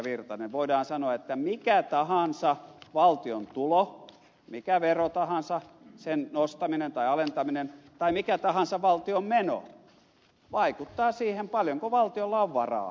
virtanen voidaan sanoa että mikä tahansa valtion tulo minkä veron tahansa nostaminen tai alentaminen tai mikä tahansa valtion meno vaikuttaa siihen paljonko valtiolla on varaa